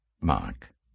Mark